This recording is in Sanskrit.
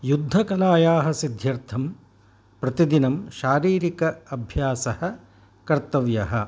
युद्धकलायाः सिद्ध्यर्थं प्रतिदिनं शारीरिक अभ्यासः कर्तव्यः